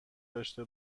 داشته